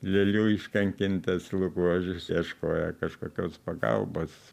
lėlių iškankintas lukošius ieškojo kažkokios pagalbos